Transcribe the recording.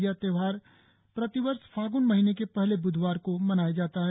यह त्योहार प्रतिव ष फाग्न महीने के पहले ब्धवार को मनाया जाता है